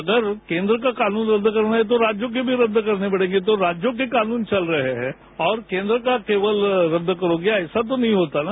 अगर केन्द्र का कानून रद्द करना है तो राज्यों के भी रद्द करने पड़ेंगे तो राज्यों के कानून चल रहे हैं और केन्द्र का केवल रद्द करोगे ऐसा तो नहीं होता न